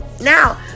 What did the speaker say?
Now